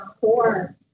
four